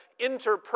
interpersonal